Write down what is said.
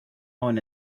own